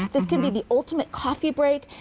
this can be the ultimate coffee break,